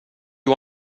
you